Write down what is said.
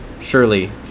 Surely